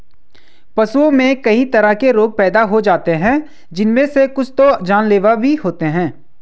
पशुओं में कई तरह के रोग पैदा हो जाते हैं जिनमे से कुछ तो जानलेवा भी होते हैं